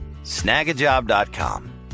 Snagajob.com